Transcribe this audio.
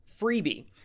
freebie